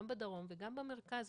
גם בדרום וגם במרכז,